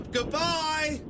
Goodbye